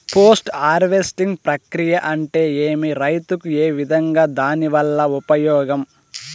Post harvesting ప్రక్రియ అంటే ఏమి? రైతుకు ఏ విధంగా దాని వల్ల ఉపయోగం?